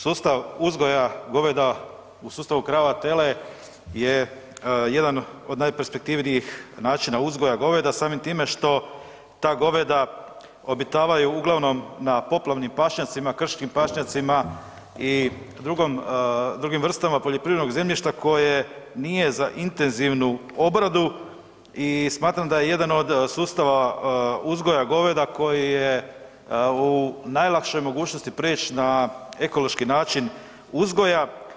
Sustav uzgoja goveda u sustavu krava-tele je jedan od najperspektivnijih načina uzgoja goveda samim time što ta goveda obitavaju uglavnom na poplavnim pašnjacima, krškim pašnjacima i drugim vrstama poljoprivrednog zemljišta koje nije za intenzivnu obradu i smatram da je jedan od sustava uzgoja goveda koji je u najlakšoj mogućnosti prijeći na ekološki način uzgoja.